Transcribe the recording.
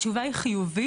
התשובה היא חיובית,